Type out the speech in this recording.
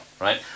right